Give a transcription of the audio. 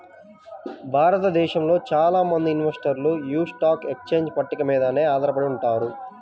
భారతదేశంలో చాలా మంది ఇన్వెస్టర్లు యీ స్టాక్ ఎక్స్చేంజ్ పట్టిక మీదనే ఆధారపడి ఉంటారు